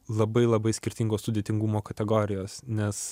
labai labai skirtingo sudėtingumo kategorijos nes